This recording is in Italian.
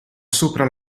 sopra